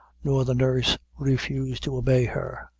nor the nurse refuse to obey her.